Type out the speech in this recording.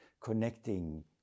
connecting